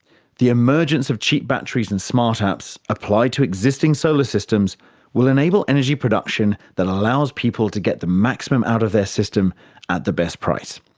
the emergence of cheap batteries and smart apps applied to existing solar systems will enable energy production that allows people to get the maximum out of their system at the best price.